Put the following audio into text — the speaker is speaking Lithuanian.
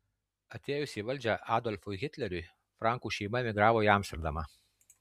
atėjus į valdžią adolfui hitleriui frankų šeima emigravo į amsterdamą